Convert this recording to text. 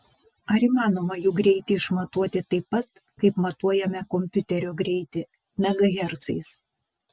ar įmanoma jų greitį išmatuoti taip pat kaip matuojame kompiuterio greitį megahercais